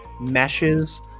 meshes